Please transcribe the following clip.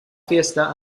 fiesta